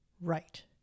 Right